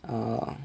err